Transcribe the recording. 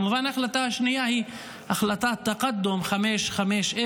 כמובן שההחלטה השנייה היא החלטת תקאדום 550,